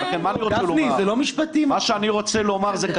גפני, זה לא משפטי מה שהיא אמרה.